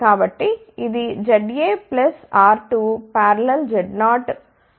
కాబట్టి ఇది ZAR2Z0అవుతుంది